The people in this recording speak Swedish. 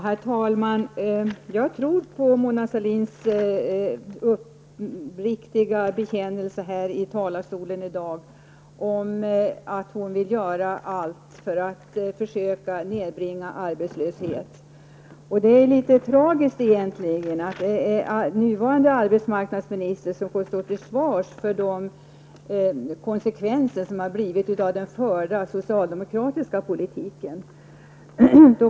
Herr talman! Jag tror på Mona Sahlins uppriktiga bekännelse i talarstolen i dag om att hon vill göra allt för att nedbringa arbetslösheten. Det är litet tragiskt egentligen att nuvarande arbetsmarknadsministern får stå till svars för konsekvenserna av den förda socialdemokratiska politiken.